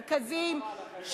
מרכזיים,